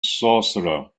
sorcerer